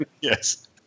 Yes